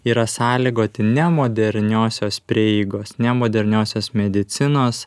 yra sąlygoti ne moderniosios prieigos ne moderniosios medicinos